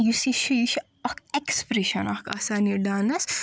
یُس یہِ چھُ یہِ چھُ اکھ ایٚکٕسپیرشن اکھ آسان یہِ ڈانٕس